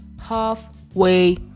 halfway